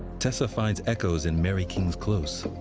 tessa finds echoes in mary king's close.